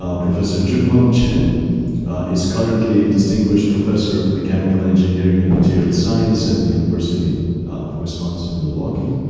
ah professor junhong chen is currently distinguished professor of mechanical engineering and materials science at the university of wisconsin milwaukee.